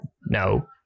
No